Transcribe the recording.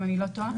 אם אני לא טועה.